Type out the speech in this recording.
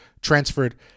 transferred